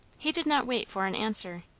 he did not wait for an answer,